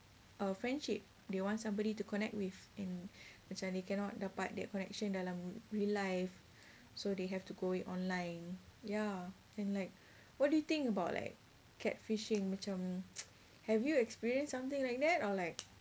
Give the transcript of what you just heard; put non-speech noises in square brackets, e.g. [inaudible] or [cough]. a friendship they want somebody to connect with and macam they cannot dapat that connection dalam real life so they have to go online ya and like what do you think about like catfishing macam [noise] have you experienced something like that or like